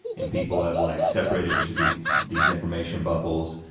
and people have like separated into these these information bubbles.